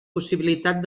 possibilitat